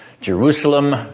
Jerusalem